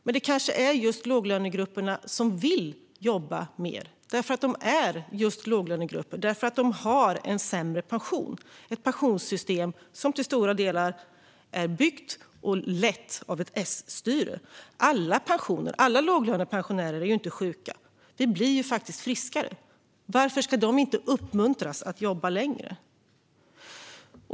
Men det kanske är just låglönegrupperna som vill jobba mer, just därför att de är låglönegrupper och har en sämre pension i ett pensionssystem som till stora delar är byggt och lett av ett S-styre. Alla låglönepensionärer är inte sjuka. Vi blir ju faktiskt friskare. Varför ska de inte uppmuntras att jobba längre?